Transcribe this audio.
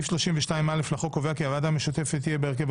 סעיף 32(א) לחוק קובע כי הוועדה המשותפת תהיה בהרכב